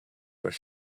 where